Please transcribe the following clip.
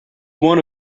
one